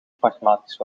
pragmatisch